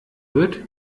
wird